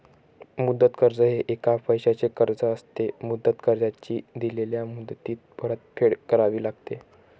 मुदत कर्ज हे एक पैशाचे कर्ज असते, मुदत कर्जाची दिलेल्या मुदतीत परतफेड करावी लागते